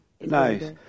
Nice